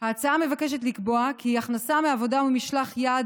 ההצעה מבקשת לקבוע כי הכנסה מעבודה או ממשלח יד